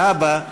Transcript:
להבא,